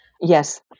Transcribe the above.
Yes